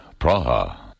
Praha